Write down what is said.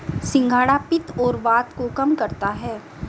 सिंघाड़ा पित्त और वात को कम करता है